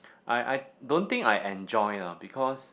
I I don't think I enjoy lah because